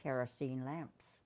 kerosene lamps